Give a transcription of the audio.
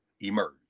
Emerge